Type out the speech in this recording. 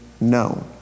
known